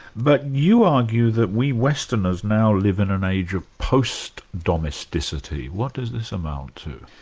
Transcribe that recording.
but you argue that we westerners now live in an age of post-domesticity. what does this amount to?